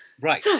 right